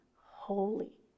holy